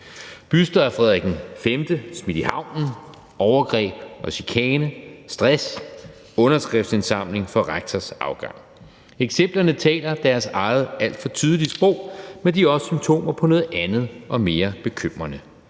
buste af Frederik V smidt i havnen, overgreb og chikane, stress, underskriftsindsamling for rektors afgang; eksemplerne taler deres eget tydelige sprog, men de er også symptomer på noget andet og mere bekymrende,